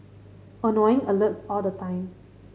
annoying alerts all the time